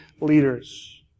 leaders